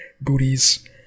booties